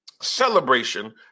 celebration